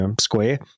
square